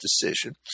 decision